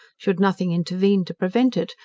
should nothing intervene to prevent it,